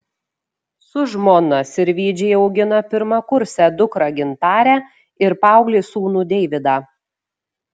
su žmona sirvydžiai augina pirmakursę dukrą gintarę ir paauglį sūnų deividą